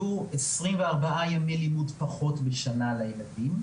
יהיו 24 ימי לימוד פחות בשנה לילדים,